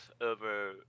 over